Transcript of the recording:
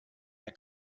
der